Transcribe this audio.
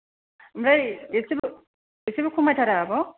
ओमफ्राय एसेबो एसेबो खमायथारा आब'